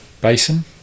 Basin